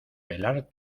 velar